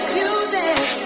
music